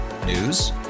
News